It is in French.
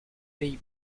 pays